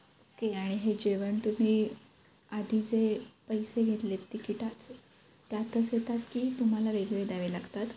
okay आणि हे जेवण तुम्ही आधी जे पैसे घेतलेत तिकिटाचे त्यातच येतात की तुम्हाला वेगळे द्यावे लागतात